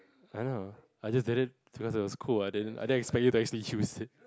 I don't know I just did it because it was cool I didn't I didn't expect you to actually choose it